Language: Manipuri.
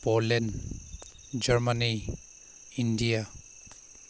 Poland Germany India